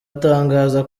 atangaza